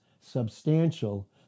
substantial